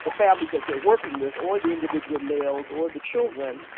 families that they're working with or the individual males or the children.